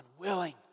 unwilling